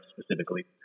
specifically